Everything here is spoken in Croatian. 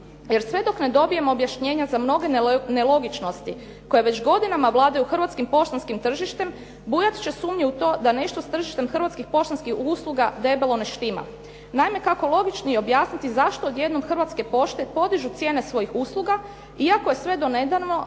jer sve dok ne dobijemo objašnjenja za mnoge nelogičnosti koje već godinama vladaju hrvatskim poštanskim tržištem bujat će sumnje u to da nešto s tržištem hrvatskih poštanskih usluga debelo ne štima. Naime, kako logičnije objasniti zašto odjednom Hrvatske pošte podižu cijene svojih usluga iako sve do nedavno